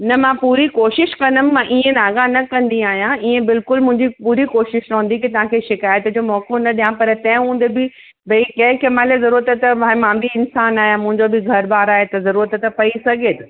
न मां पूरी कोशिश कंदमि मां ईअं नागा न कंदी आहियां ईअं बिल्कुल मुंहिंजी पूरी कोशिश रहंदी की तव्हांखे शिकायत जो मौको न ॾियां पर तें हूंदे बि भई कें कें मल ज़रूरत त भाई मां बि इंसान आहियां मुंहिंजो बि घर बार आहे त ज़रूरत त पई सघे ती